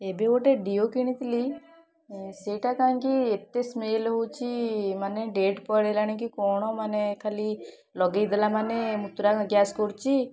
ଏବେ ଗୋଟେ ଡିଓ କିଣିଥିଲି ସେଇଟା କାହିଁକି ଏତେ ସ୍ମେଲ୍ ହେଉଛି ମାନେ ଡେଟ୍ ପଳେଇଲାଣି କି କ'ଣ ମାନେ ଖାଲି ଲଗେଇଦେଲା ମାନେ ମୁତୁରା ଗ୍ୟାସ୍ କରୁଛି